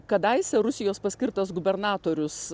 kadaise rusijos paskirtas gubernatorius